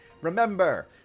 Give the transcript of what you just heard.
Remember